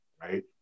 right